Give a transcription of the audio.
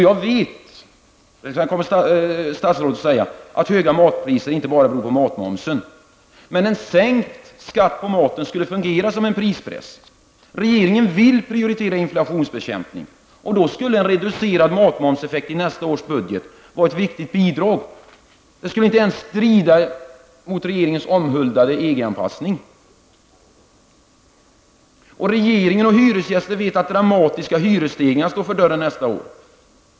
Jag vet att statsrådet kommer att säga att höga matpriser inte bara beror på matmomsen, men en sänkt skatt på maten skulle fungera som en prispress. Regeringen vill prioritera inflationsbekämpningen, och då skulle en reducerad matmomseffekt i nästa års budget vara ett viktigt bidrag. Det skulle inte ens stå i strid med regeringens omhuldade EG-anpassning. Regeringen och hyresgäster vet att dramatiska hyresstegringar står för dörren nästa år.